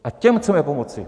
A těm chceme pomoci.